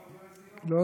לא,